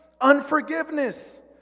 Unforgiveness